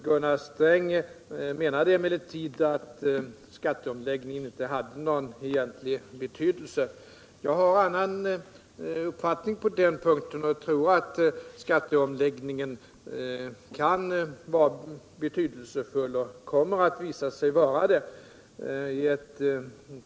Gunnar Sträng menade emellertid att skatteomläggningen inte hade någon egentlig betydelse. Jag har annan uppfattning på den punkten och tror att skatteomläggningen kan vara betydelsefull och kommer att visa sig vara det.